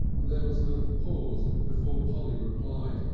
there was a little pause before polly replied.